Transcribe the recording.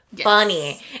funny